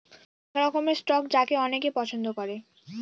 এক রকমের স্টক যাকে অনেকে পছন্দ করে